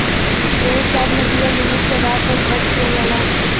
credit card में दिहल limit के आधार पर खर्च किहल जाला